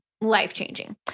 life-changing